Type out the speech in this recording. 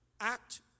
act